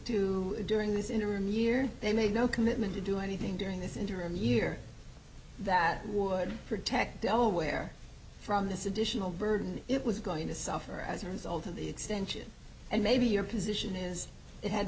it during this interim year they made no commitment to do anything during this interim year that would protect delaware from this additional burden it was going to suffer as a result of the extension and maybe your position is it had